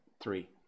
three